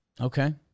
Okay